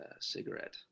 Cigarette